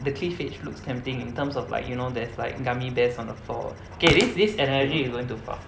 the cliff edge looks tempting in terms of like you know there's like gummy bears on the floor okay this this imagery is going too far